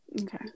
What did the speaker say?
okay